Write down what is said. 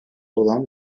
olan